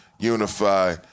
Unify